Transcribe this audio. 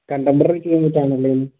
contemporary ചെയ്യാനായിട്ടല്ലേ എന്ന്